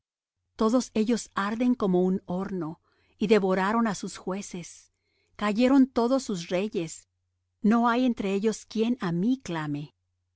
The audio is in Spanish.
todos ellos arden como un horno y devoraron á sus jueces cayeron todos sus reyes no hay entre ellos quien á mí clame